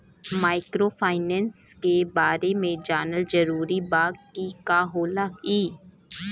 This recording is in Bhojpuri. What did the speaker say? माइक्रोफाइनेस के बारे में जानल जरूरी बा की का होला ई?